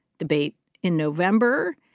debate in november.